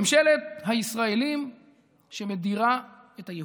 ממשלת הישראלים שמדירה את היהודים.